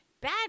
bad